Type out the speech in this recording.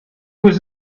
was